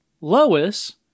Lois